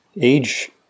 age